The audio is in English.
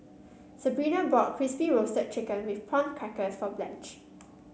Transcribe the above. Sebrina bought Crispy Roasted Chicken with Prawn Crackers for Blanch